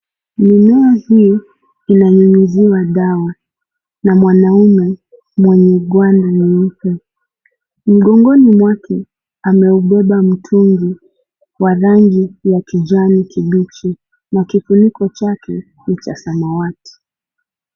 Mimea hii ananyunyuziwa dawa na mwanaume mwenye gwanda la nyeupe. Mgongoni mwake ameubeba mtungi wa rangi ya kijani kibichi na kifuniko chake ni cha samawati.